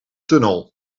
tunnel